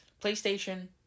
PlayStation